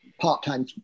part-time